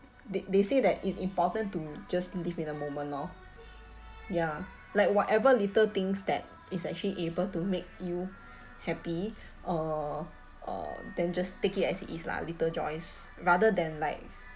they they say that it's important to just live in a moment lor ya like whatever little things that is actually able to make you happy uh uh then just take it as it is lah little joys rather than like